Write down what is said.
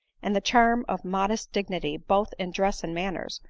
and the charm of modest dignity both in dress and manners,